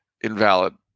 invalid